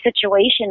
situation